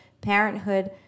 parenthood